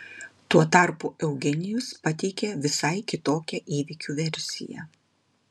tuo tarpu eugenijus pateikė visai kitokią įvykių versiją